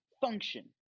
function